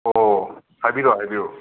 ꯑꯣ ꯍꯥꯏꯕꯤꯔꯛꯑꯣ ꯍꯥꯏꯕꯤꯌꯣ